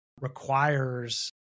Requires